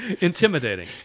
Intimidating